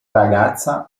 ragazza